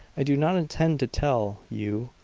i do not intend to tell you.